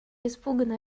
испуганно